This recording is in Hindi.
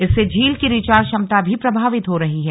इससे झील की रिचार्ज क्षमता भी प्रभावित हो रही है